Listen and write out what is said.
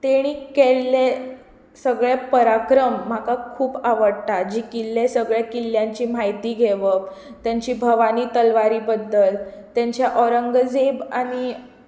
तेणी केल्ले सगळें पराक्रम म्हाका खूब आवडटा जिखिल्ले सगळे किल्यांची म्हायती घेवप तेंची भवानी तलवारी बद्दल तेंच्या औरंगझेब आनी